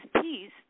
peace